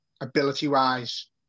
ability-wise